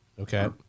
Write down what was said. Okay